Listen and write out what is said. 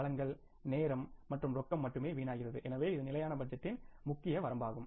வளங்கள் நேரம் மற்றும் ரொக்கம் மட்டுமே வீணாகிறது எனவே இது ஸ்டாடிக் பட்ஜெட்டின் முக்கிய வரம்பாகும்